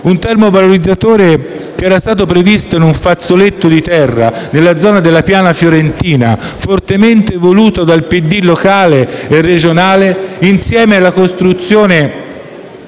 un termovalorizzatore che era stato previsto in un fazzoletto di terra nella zona della piana fiorentina, fortemente voluto dal PD locale e regionale insieme alla realizzazione